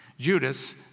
Judas